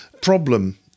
problem